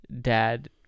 dad